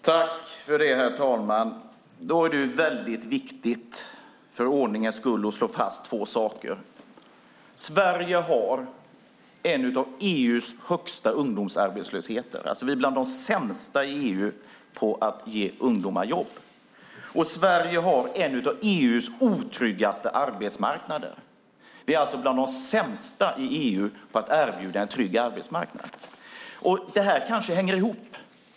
Herr talman! För ordningens skull är det viktigt att slå fast två saker: Sverige har en av EU:s högsta ungdomsarbetslösheter. Vi är bland de sämsta i EU på att ge ungdomar jobb. Sverige har också en av EU:s mest otrygga arbetsmarknader. Vi är alltså bland de sämsta i EU på att erbjuda en trygg arbetsmarknad. Det här kanske hänger ihop.